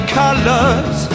colors